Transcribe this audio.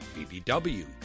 BBW